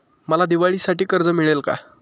मला दिवाळीसाठी कर्ज मिळेल का?